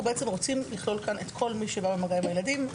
אנחנו רוצים לכלול כאן את כל מי שבא במגע עם הילדים.